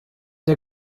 der